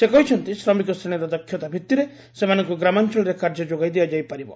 ସେ କହିଛନ୍ତି ଶ୍ରମିକ ଶ୍ରେଣୀର ଦକ୍ଷତା ଭିଭିରେ ସେମାନଙ୍କୁ ଗ୍ରାମାଞ୍ଚଳରେ କାର୍ଯ୍ୟ ଯୋଗାଇ ଦିଆଯାଇପାରିବ